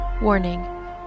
Warning